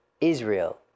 Israel